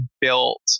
built